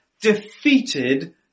defeated